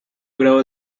grado